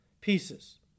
pieces